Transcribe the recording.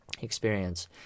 experience